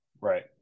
right